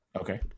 Okay